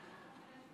האמת היא שאת